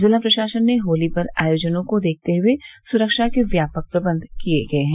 जिला प्रशासन ने होली पर आयोजनों को देखते हुए सुरक्षा के व्यापक प्रबंध किए गये हैं